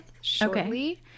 shortly